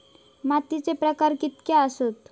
मातीचे प्रकार कितके आसत?